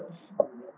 um